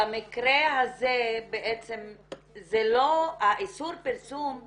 במקרה הזה איסור הפרסום הוא